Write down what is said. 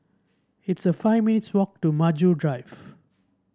it's a five minutes' walk to Maju Drive